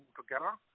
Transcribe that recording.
together